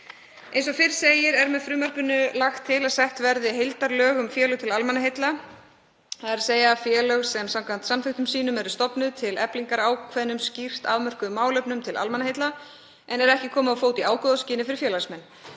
Eins og fyrr segir er með frumvarpinu lagt til að sett verði heildarlög um félög til almannaheilla, þ.e. félög sem samkvæmt samþykktum sínum eru stofnuð til eflingar ákveðnum skýrt afmörkuðum málefnum til almannaheilla en er ekki komið á fót í ágóðaskyni fyrir félagsmenn.